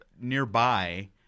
nearby –